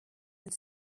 and